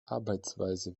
arbeitsweise